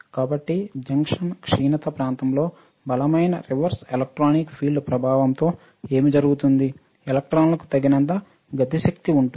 కాబట్టి జంక్షన్ క్షీణత ప్రాంతంలో బలమైన రివర్స్ ఎలక్ట్రిక్ ఫీల్డ్ ప్రభావంతో ఏమి జరుగుతుంది ఎలక్ట్రాన్లకు తగినంత గతి శక్తి ఉంటుంది